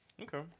Okay